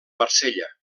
marsella